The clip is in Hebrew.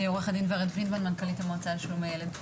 עורכת דין ורד וינדמן, מנכ"לית המועצה לשלום הילד.